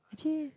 actually